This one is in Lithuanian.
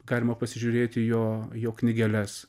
galima pasižiūrėti į jo jo knygeles